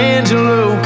Angelo